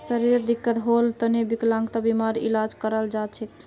शरीरत दिक्कत होल तने विकलांगता बीमार इलाजो कराल जा छेक